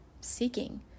seeking